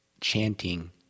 chanting